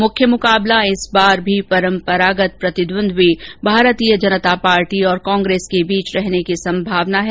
मुख्य मुकाबला इस बार भी परंपरागत प्रतिद्वंदी भारतीय जनता पार्टी और कांग्रेस के बीच रहने की संभावना है